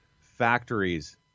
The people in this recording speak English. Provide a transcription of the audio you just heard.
factories